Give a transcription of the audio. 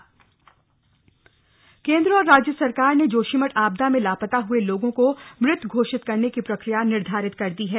चमोली आपदा केंद्र औऱ राज्य सरकार न जोशीमठ आपदा में लापता हुए लोगों को मृत घोषित करन की प्रक्रिया निर्धारित कर दी है